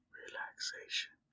relaxation